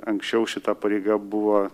anksčiau šita pareiga buvo